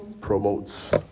promotes